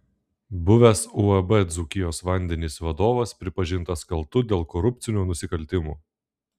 buvęs uab dzūkijos vandenys vadovas pripažintas kaltu dėl korupcinių nusikaltimų